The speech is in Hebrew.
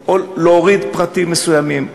או להוריד פרטים מסוימים,